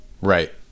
Right